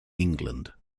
england